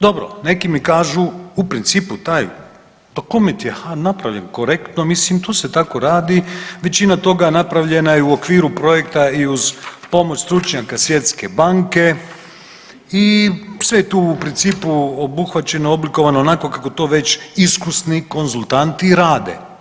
Dobro, neki mi kažu u principu taj …/nerazumljivo/… napravljen korektno, mislim to se tako radi, većina toga napravljena je u okviru projekta i uz pomoć stručnjaka Svjetske banke i sve je tu u principu obuhvaćeno, oblikovano onako kako to već iskusni konzultanti rade.